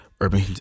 urban